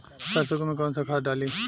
सरसो में कवन सा खाद डाली?